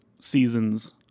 seasons